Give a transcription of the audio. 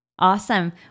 Awesome